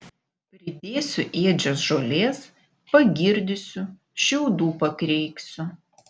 pridėsiu ėdžias žolės pagirdysiu šiaudų pakreiksiu